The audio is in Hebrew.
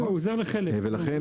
לכן,